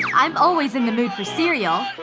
i'm always in the mood for cereal.